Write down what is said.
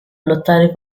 lottare